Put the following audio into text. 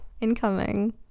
incoming